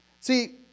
See